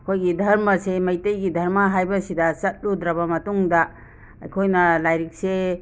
ꯑꯩꯈꯣꯏꯒꯤ ꯙꯔꯃꯁꯦ ꯃꯩꯇꯩꯒꯤ ꯙꯔꯃ ꯍꯥꯏꯕꯁꯤꯗ ꯆꯠꯂꯨꯗ꯭ꯔꯕ ꯃꯇꯨꯡꯗ ꯑꯩꯈꯣꯏꯅ ꯂꯥꯏꯔꯤꯛꯁꯦ